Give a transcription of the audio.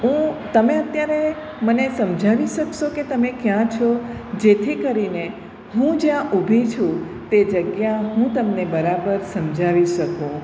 હું તમે અત્યારે મને સમજાવી શકશો કે તમે ક્યાં છો જેથી કરીને હું જ્યાં ઊભી છું તે જગ્યા હું તમને બરાબર સમજાવી શકું